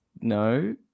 No